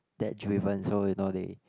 that driven so you know they